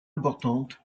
importante